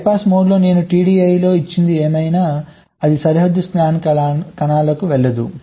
BYPASS మోడ్లో నేను TDI లో ఇచ్చేది ఏమైనా అది సరిహద్దు స్కాన్ కణాలకు వెళ్ళదు